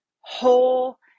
whole